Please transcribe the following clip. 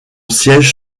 siège